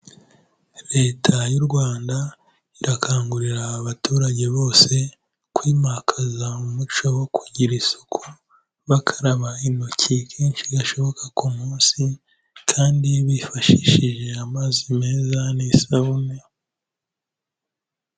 Leta y'u Rwanda irakangurira abaturage bose kwimakaza umuco wo kugira isuku, bakaraba intoki kenshi gashoboka ku munsi kandi bifashishije amazi meza n'isabune.